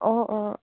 অঁ অঁ